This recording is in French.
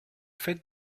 faites